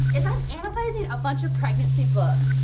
is i'm analyzing a bunch of pregnancy books.